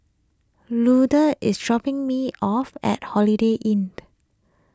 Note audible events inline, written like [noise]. Luther is dropping me off at Holiday Inn [noise]